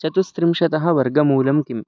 चतुस्त्रिंशतः वर्गमूलं किम्